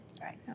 right